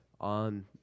on